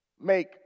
make